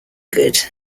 good